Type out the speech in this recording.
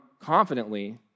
confidently